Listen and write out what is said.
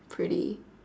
pretty